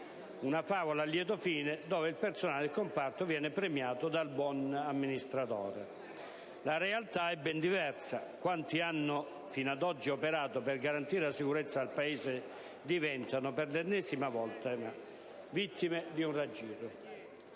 una favola a lieto fine in cui il personale del comparto viene premiato dal buon amministratore. La realtà è ben diversa. Quanti hanno fino ad oggi operato per garantire la sicurezza al Paese diventano, per l'ennesima volta, vittime di un raggiro.